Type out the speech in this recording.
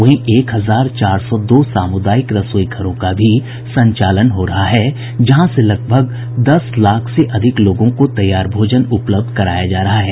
वहीं एक हजार चार सौ दो सामुदायिक रसोई घरों का भी संचालन हो रहा है जहां से दस लाख से अधिक लोगों को तैयार भोजन उपलब्ध कराया जा रहा है